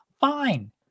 fine